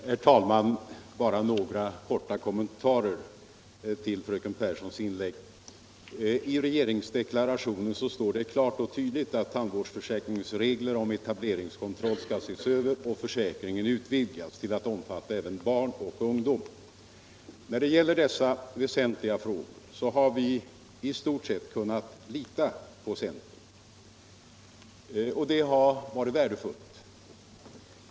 Herr talman! Bara några korta kommentarer till fröken Pehrssons inlägg. I regeringsdeklarationen står det klart och tydligt att tandvårdsförsäkringens regler om ctableringskontroll skall ses över och försäkringen utvidgas till att omfatta även barn och ungdom. När det gäller dessa väsentliga frågor har vi i stort sett kunnat lita på centern. och det har varit värdefullt.